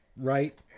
right